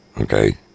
Okay